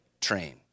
train